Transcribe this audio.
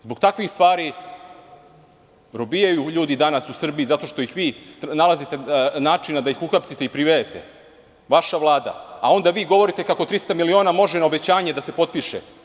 Zbog takvih stvari robijaju ljudi danas u Srbiji, zato što vi nalazite načina da ih uhapsite i privedete, vaša Vlada, a onda vi govorite kako 300 miliona može na obećanje da se potpiše.